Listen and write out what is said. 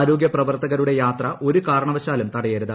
ആരോഗ്യ പ്രവർത്തകരുടെ യാത്ര ഒരു കാരണവശാലും തടയരുത്